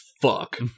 fuck